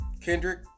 Kendrick